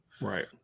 Right